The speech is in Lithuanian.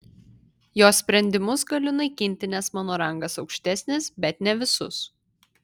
jo sprendimus galiu naikinti nes mano rangas aukštesnis bet ne visus